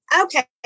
Okay